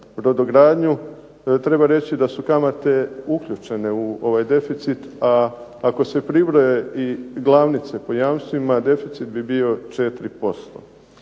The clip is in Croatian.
brodogradnju. Treba reći da su kamate uključene u ovaj deficit, a ako se pribroje i glavnice po jamstvima deficit bi bio 4%.